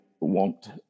want